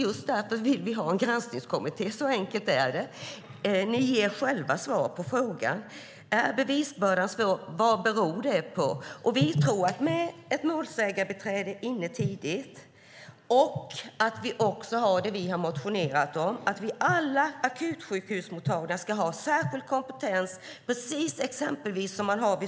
Just därför vill vi ha en granskningskommitté. Så enkelt är det. Ni ger själva svar på frågan, Ewa Thalén Finné. Om bevisbördan är svår, vad beror det på? Vi anser att ett målsägandebiträde ska finnas med tidigt i processen och att alla akutsjukhusmottagningar ska ha särskild kompetens, exempelvis som på Södersjukhuset, vilket vi motionerat om.